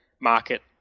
market